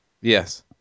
Yes